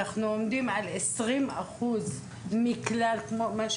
בסך הכל בפל"א,